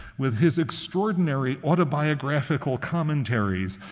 with his extraordinary autobiographical commentaries,